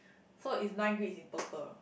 so is nine grids in total